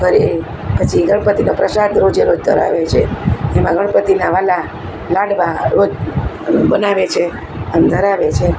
ઘરે પછી ગણપતિના પ્રસાદ રોજે રોજે ધરાવે છે એમાં ગણપતિના વ્હાલા લાડવા રોજ બનાવે છે અને ધરાવે છે